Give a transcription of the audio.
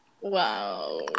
wow